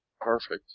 Perfect